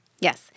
Yes